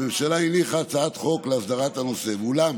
הממשלה הניחה הצעת חוק להסדרת הנושא, ואולם